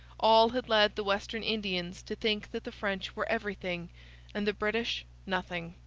all had led the western indians to think that the french were everything and the british nothing.